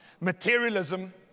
materialism